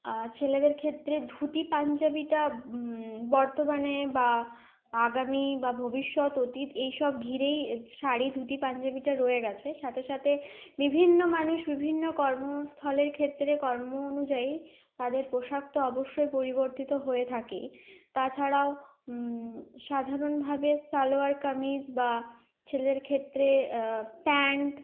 ছেলেদের ক্ষেত্রে ধুতি পাঞ্জাবিটা বর্তমানে বা আগামী বা ভবিষ্যৎ অতীত এইসব ঘিরেই শাড়ি ধুতি পাঞ্জাবিটা রয়ে গেছে সাথে সাথে বিভিন্ন মানুষ বিভিন্ন কর্মস্থলের ক্ষেত্রে কর্ম অনুযায়ী তাদের পোশাকটা অবশ্যই পরিবর্তিত হয়ে থাকে তাছাড়া সাধারণভাবে সালোয়ার কামিজ বা ছেলেদের ক্ষেত্রে প্যান্ট